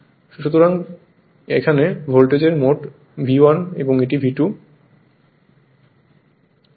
সুতরাং এখানে ভোল্টেজ মোট V1 এটি V2